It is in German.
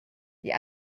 die